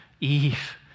Eve